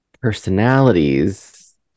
personalities